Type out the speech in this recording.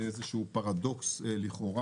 זה איזשהו פרדוקס לכאורה.